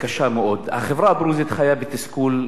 החברה הדרוזית חיה בתסכול קשה מאוד,